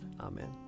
Amen